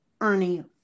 Ernie